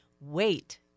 wait